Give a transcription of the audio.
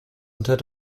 unter